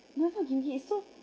never again he's so